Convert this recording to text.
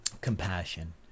compassion